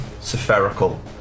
spherical